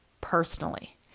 personally